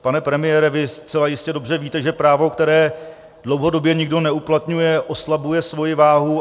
Pane premiére, vy zcela jistě dobře víte, že právo, které dlouhodobě nikdo neuplatňuje, oslabuje svoji váhu.